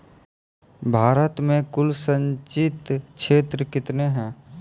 भारत मे कुल संचित क्षेत्र कितने हैं?